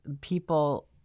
people